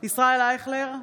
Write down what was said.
ישראל אייכלר,